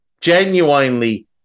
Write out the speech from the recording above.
genuinely